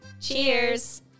Cheers